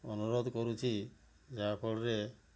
ଅନୁରୋଧ କରୁଛି ଯାହା ଫଳରେ